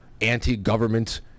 anti-government